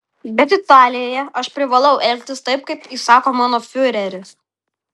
bet italijoje aš privalau elgtis taip kaip įsako mano fiureris